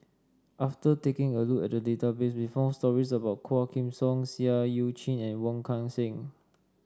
after taking a look at the database we found stories about Quah Kim Song Seah Eu Chin and Wong Kan Seng